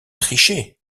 tricher